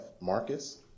Marcus